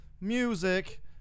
music